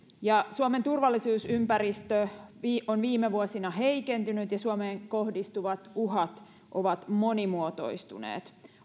suomen turvallisuusympäristö on viime vuosina heikentynyt ja suomeen kohdistuvat uhat ovat monimuotoistuneet